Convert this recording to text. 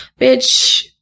Bitch